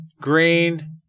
green